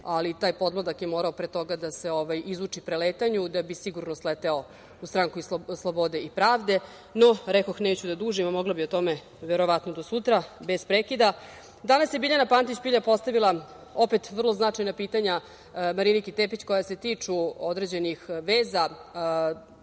ali taj podmladak je morao pre toga da se izuči preletanju, da bi sigurno sleteo u Stranku slobode i pravde. Rekoh, neću da dužim, mogla bih o tome, verovatno do sutra bez prekida. Danas je Biljana Pantić Pilja postavila vrlo značajna pitanja Mariniki Tepić, koja se tiču određenih veza